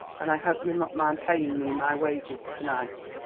an' i hope you'll not mind paying me my wages to-night.